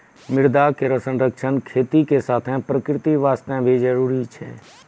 मृदा केरो संरक्षण खेती के साथें प्रकृति वास्ते भी जरूरी छै